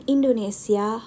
Indonesia